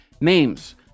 names